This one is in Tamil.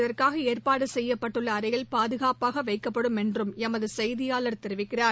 இதற்காக ஏற்பாடு செய்யப்பட்டுள்ள அறையில் பாதுகாப்பாக வைக்கப்படும் என்றும் எமது செய்தியாளர் தெரிவிக்கிறார்